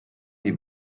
wie